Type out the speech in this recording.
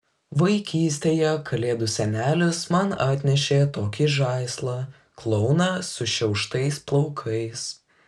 vaikystėje kalėdų senelis man atnešė tokį žaislą klouną sušiauštais plaukais